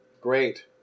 Great